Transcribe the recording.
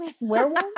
werewolf